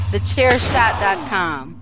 TheChairShot.com